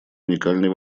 уникальной